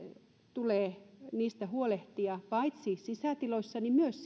tulee huolehtia paitsi sisätiloissa niin myös